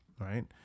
right